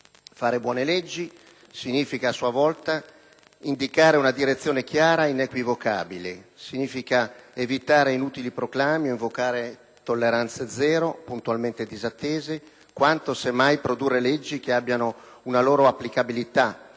Fare buone leggi significa, a sua volta, indicare una direzione chiara e inequivocabile: significa evitare inutili proclami o invocare «tolleranze zero» puntualmente disattese, quanto, semmai, produrre leggi che abbiano una loro applicabilità e